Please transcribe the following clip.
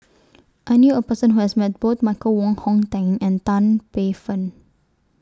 I knew A Person Who has Met Both Michael Wong Hong Teng and Tan Paey Fern